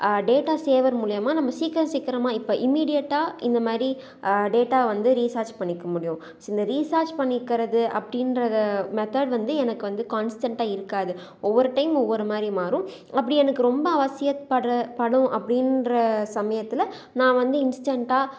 data சேவர் மூலயமா நம்ம சீக்கிரம் சீக்கிரமாக இப்போ இம்மீடியட்டாக இந்த மாதிரி டேட்டா வந்து ரீசார்ஜ் பண்ணிக்க முடியும் ஸோ இந்த ரீசார்ஜ் பண்ணிக்கிறது அப்படின்றத மெத்தேர்டு வந்து எனக்கு வந்த கான்ஸ்டென்டாக இருக்காது ஒவ்வொரு டைம் ஒவ்வொரு மாதிரி மாறும் அப்படி எனக்கு ரொம்ப அவசியப்படுற படும் அப்படின்ற சமயத்தில் நான் வந்து இன்ஸ்டென்டாக